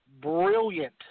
brilliant